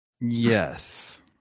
Yes